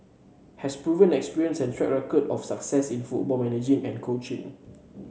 has proven experience and track record of success in football management and coaching